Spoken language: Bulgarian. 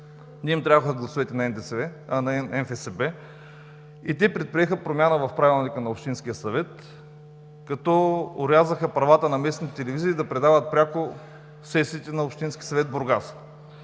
Не им трябваха гласовете на НФСБ и те предприеха промяна в Правилника на общинския съвет, като орязаха правата на местните телевизии да предават пряко сесиите на Общински съвет – Бургас.